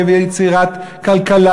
ויצירת כלכלה,